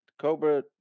Cobra